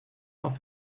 off